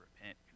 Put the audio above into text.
repent